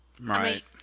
Right